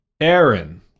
Aaron